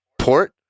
port